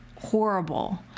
horrible